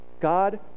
God